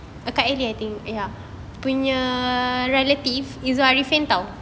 ya